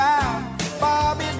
Bobby